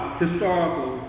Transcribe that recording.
historical